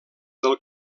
del